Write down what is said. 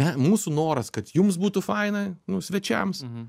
mūsų noras kad jums būtų faina nu svečiams